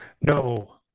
No